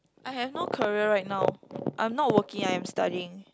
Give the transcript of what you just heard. I have no career right now I'm not working I'm studying